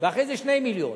אחרי זה 2 מיליון,